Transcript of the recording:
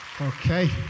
Okay